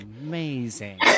Amazing